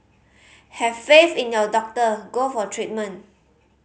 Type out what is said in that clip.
have faith in your doctor go for treatment